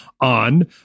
on